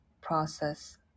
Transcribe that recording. process